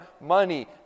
money